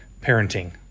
parenting